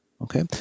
Okay